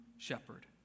Shepherd